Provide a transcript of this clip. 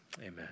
amen